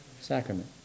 Sacrament